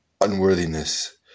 unworthiness